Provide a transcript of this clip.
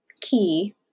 key